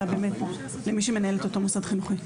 אלא למי שמנהל את אותו מוסד חינוכי.